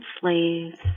slaves